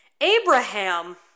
Abraham